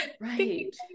right